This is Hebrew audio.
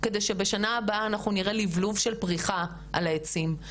כדי שבשנה הבאה אנחנו נראה לבלוב של פריחה על העצים,